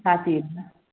साथीहरू